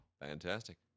Fantastic